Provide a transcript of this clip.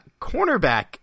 Cornerback